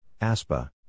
ASPA